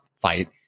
fight